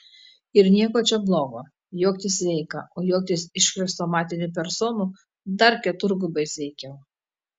ir nieko čia blogo juoktis sveika o juoktis iš chrestomatinių personų dar keturgubai sveikiau